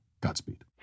Godspeed